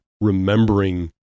remembering